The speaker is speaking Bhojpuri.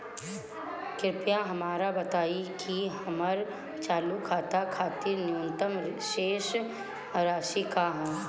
कृपया हमरा बताइं कि हमर चालू खाता खातिर न्यूनतम शेष राशि का ह